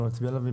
בואו נצביע עליו.